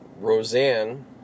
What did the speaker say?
Roseanne